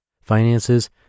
finances